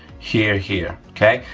here, here, okay?